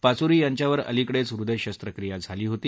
पाचुरी यांच्यावर अलिकडेच हृदय शस्त्रक्रिया झाली होती